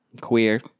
queer